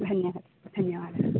धन्यवादः धन्यवादाः